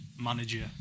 manager